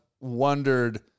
wondered